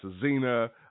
Zena